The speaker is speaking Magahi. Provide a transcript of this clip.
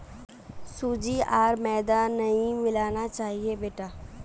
सूजी आर मैदा नई मिलाना चाहिए बेटा